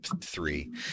three